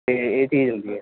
ਅਤੇ ਇਹ ਚੀਜ਼ ਹੁੰਦੀ ਹੈ